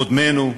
קודמינו,